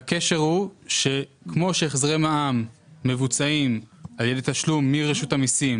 הקשר הוא שכמו שהחזרי מע"מ מבוצעים על ידי תשלום מרשות המסים